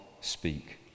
speak